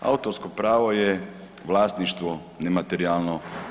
Autorsko pravo je vlasništvo nematerijalno.